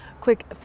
quick